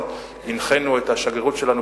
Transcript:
ולא עשו שם